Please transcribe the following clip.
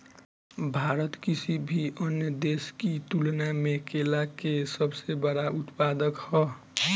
भारत किसी भी अन्य देश की तुलना में केला के सबसे बड़ा उत्पादक ह